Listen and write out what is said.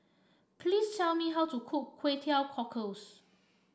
please tell me how to cook Kway Teow Cockles